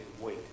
wait